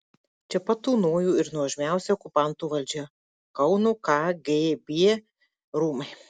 čia pat tūnojo ir nuožmiausia okupantų valdžia kauno kgb rūmai